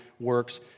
works